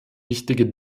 wichtige